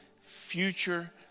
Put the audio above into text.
future